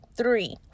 three